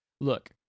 Look